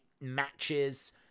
matches